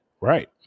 Right